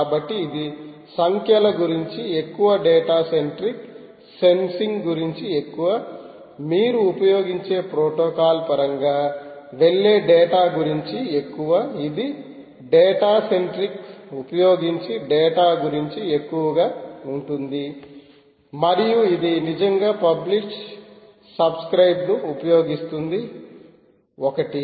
కాబట్టి ఇది సంఖ్యల గురించి ఎక్కువ డేటా సెంట్రిక్ సెన్సింగ్ గురించి ఎక్కువ మీరు ఉపయోగించే ప్రోటోకాల్ పరంగా వెళ్లే డేటా గురించి ఎక్కువ ఇది డేటా సెంట్రిక్ ఉపయోగించి డేటా గురించి ఎక్కువగా ఉంటుంది మరియు ఇది నిజంగా పబ్లిష్ సబ్స్క్రయిబ్ను ఉపయోగిస్తుంది ఒకటి